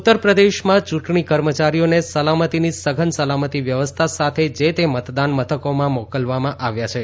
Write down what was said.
ઉત્તરપ્રદેશમાં ચ્રંટણી કર્મચારીઓને સલામતીની સઘન સલામતી વ્યવસ્થા સાથે જે તે મતદાન મથકોમાં મોકલવામાં આવ્યા છે